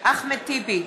אחמד טיבי,